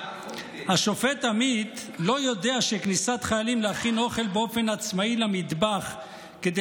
השופט עמית לא יודע שכניסת חיילים באופן עצמאי למטבח כדי